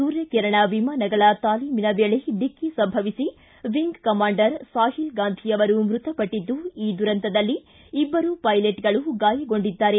ಸೂರ್ಯಕಿರಣ ವಿಮಾನಗಳ ತಾಲೀಮಿನ ವೇಳೆ ಡಿಕ್ಕಿ ಸಂಭವಿಸಿ ವಿಂಗ್ ಕಮಾಂಡರ್ ಸಾಹಿಲ್ ಗಾಂಧಿ ಅವರು ಮೃತಪಟ್ಟಿದ್ದು ಈ ದುರಂತದಲ್ಲಿ ಇಬ್ಬರು ಪೈಲಟ್ಗಳು ಗಾಯಗೊಂಡಿದ್ದಾರೆ